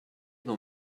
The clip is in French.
dans